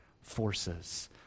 forces